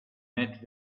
met